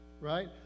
right